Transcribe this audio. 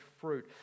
fruit